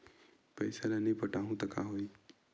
पईसा ल नई पटाहूँ का होही?